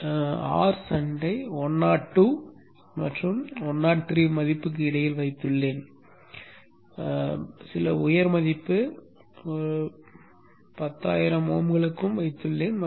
நான் Rshunt ஐ 102 மற்றும் 103 மதிப்புக்கு இடையில் வைத்துள்ளேன் சில உயர் மதிப்பு 10000 ஓம்களுக்கும்வைத்துள்ளேன்